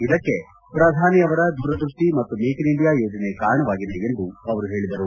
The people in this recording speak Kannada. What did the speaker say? ಇದಕ್ಕೆ ಪ್ರಧಾನಿ ಅವರ ದೂರದೃಷ್ಟಿ ಮತ್ತು ಮೇಕ್ ಇನ್ ಇಂಡಿಯಾ ಯೋಜನೆ ಕಾರಣವಾಗಿದೆ ಎಂದು ಅವರು ಹೇಳಿದರು